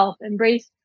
Embrace